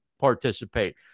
participate